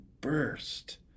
burst